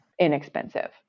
inexpensive